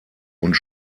und